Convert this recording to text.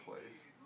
place